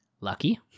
Lucky